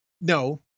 no